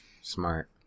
Smart